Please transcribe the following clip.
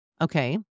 Okay